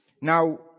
Now